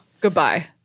Goodbye